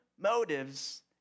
motives